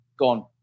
gone